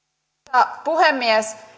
arvoisa puhemies